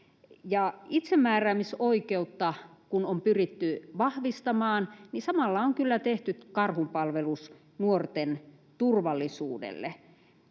Itsemääräämisoikeutta kun on pyritty vahvistamaan, samalla on kyllä tehty karhunpalvelus nuorten turvallisuudelle.